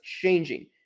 changing